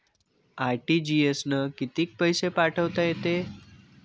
RTGS न कितीक पैसे पाठवता येते?